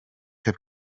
heb